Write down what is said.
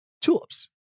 tulips